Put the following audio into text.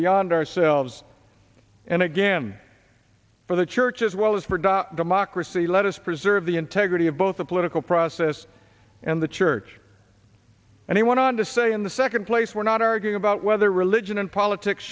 beyond ourselves and again for the church as well as for da democracy let us preserve the integrity of both the political process and the church and he went on to say in the second place we're not arguing about whether religion and politics